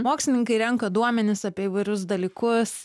mokslininkai renka duomenis apie įvairius dalykus